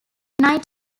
night